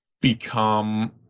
become